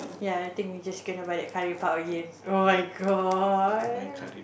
ya I think we just cannot buy that curry puff again oh-my-god